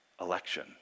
election